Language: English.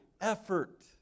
effort